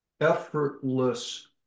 Effortless